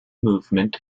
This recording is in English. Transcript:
movement